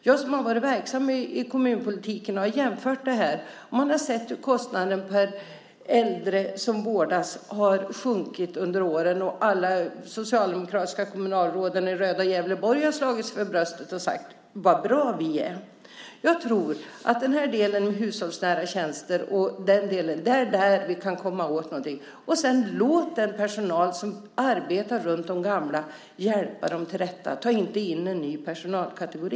Jag som har varit verksam i kommunpolitiken har jämfört detta och sett hur kostnaden per äldre som vårdas har sjunkit under åren. Alla socialdemokratiska kommunalråd i röda Gävleborg har slagit sig för bröstet och sagt: Vad bra vi är! Jag tror att vi kan komma åt detta med hushållsnära tjänster. Låt dessutom den personal som arbetar runt de gamla hjälpa dem till rätta. Ta inte in en ny personalkategori.